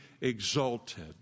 exalted